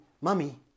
mummy